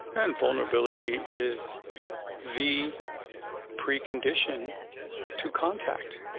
and vulnerability is the precondition to contact.